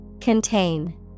Contain